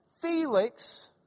Felix